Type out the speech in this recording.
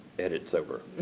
edit sober.